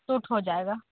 suit हो जाएगा